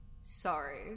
Sorry